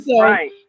right